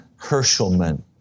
Herschelman